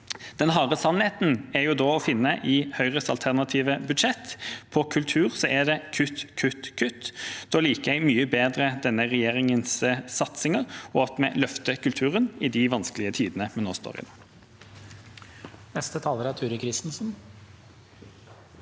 Den harde sannheten er jo å finne i Høyres alternative budsjett, og på kultur er det kutt, kutt, kutt. Da liker jeg mye bedre denne regjeringas satsinger, og at vi løfter kulturen i de vanskelige tidene vi nå står i.